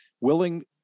willing